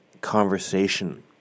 conversation